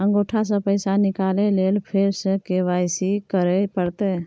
अंगूठा स पैसा निकाले लेल फेर स के.वाई.सी करै परतै?